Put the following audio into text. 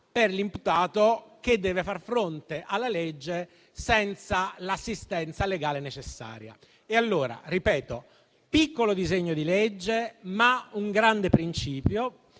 per l'imputato che deve far fronte alla legge senza l'assistenza legale necessaria. Allora, è un piccolo disegno di legge che afferma un grande principio.